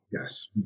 Yes